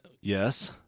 yes